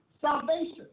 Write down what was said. salvation